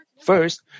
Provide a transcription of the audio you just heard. first